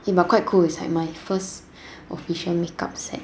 but quite cool it's like my first official makeup sack